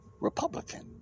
Republican